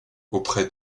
auprès